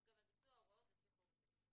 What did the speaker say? גם על ביצוע ההוראות לפי חוק זה.